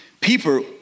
People